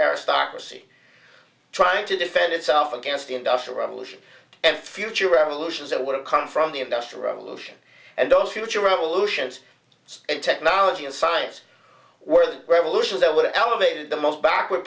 aristocracy trying to defend itself against the industrial revolution and future revolutions that would have come from the industrial revolution and those future revolutions and technology and science were the revolutions that were elevated the most backward